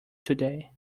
today